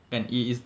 kan it is